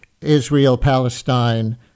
Israel-Palestine